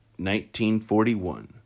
1941